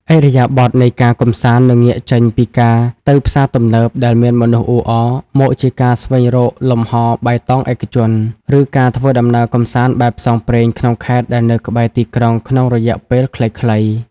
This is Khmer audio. ឥរិយាបថនៃការកម្សាន្តនឹងងាកចេញពីការទៅផ្សារទំនើបដែលមានមនុស្សអ៊ូអរ មកជាការស្វែងរក "លំហបៃតងឯកជន" ឬការធ្វើដំណើរកម្សាន្តបែបផ្សងព្រេងក្នុងខេត្តដែលនៅក្បែរទីក្រុងក្នុងរយៈពេលខ្លីៗ។